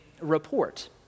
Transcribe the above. report